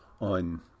on